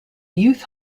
youth